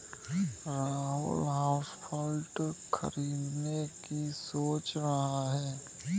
Rahul houseplant खरीदने की सोच रहा है